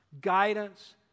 Guidance